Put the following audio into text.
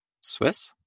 Swiss